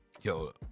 Yo